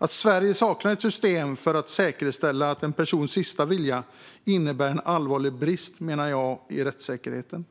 Att Sverige saknar ett system för att säkerställa en persons sista vilja menar jag innebär en allvarlig brist i rättssäkerheten.